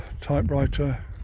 typewriter